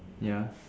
ya